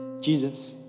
Jesus